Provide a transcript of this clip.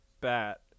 bat